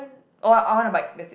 or I I want a bike that's it